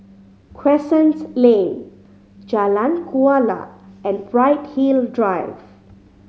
Crescent Lane Jalan Kuala and Bright Hill Drive